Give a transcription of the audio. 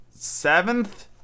Seventh